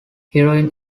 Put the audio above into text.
heroin